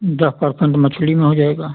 दस पर्सेन्ट मछली में हो जाएगा